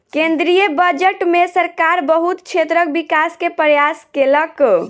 केंद्रीय बजट में सरकार बहुत क्षेत्रक विकास के प्रयास केलक